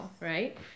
Right